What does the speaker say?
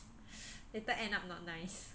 later end up not nice